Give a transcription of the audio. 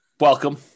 welcome